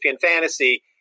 Fantasy